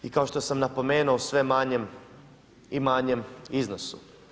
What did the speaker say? I kao što sam napomenuo u sve manjem i manjem iznosu.